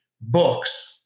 books